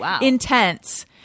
intense